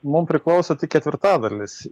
mum priklauso tik ketvirtadalis